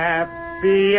Happy